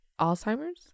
Alzheimer's